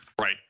Right